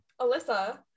Alyssa